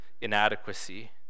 inadequacy